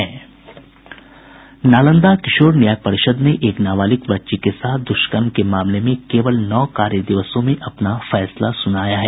नालंदा किशोर न्याय परिषद् ने एक नाबालिग बच्ची के साथ दुष्कर्म के मामले में केवल नौ कार्य दिवसों में अपना फैसला सुनाया है